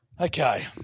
Okay